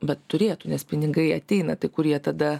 bet turėtų nes pinigai ateina tai kur jie tada